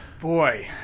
Boy